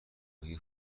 های